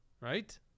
right